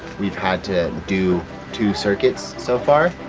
we've had to do two circuits so far.